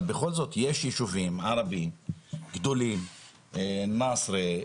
אבל בכל זאת, יש ישובים ערבים, גדולים, אל מסרה,